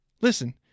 Listen